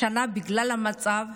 השנה, בגלל המצב,